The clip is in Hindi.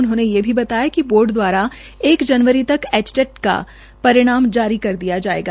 उन्होंने ये भी बताया कि बोर्ड द्वारा एक जनवरी तक एचटेट का परिणाम जारी कर दिया जायेगा